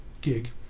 gig